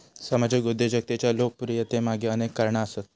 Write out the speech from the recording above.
सामाजिक उद्योजकतेच्या लोकप्रियतेमागे अनेक कारणा आसत